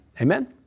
Amen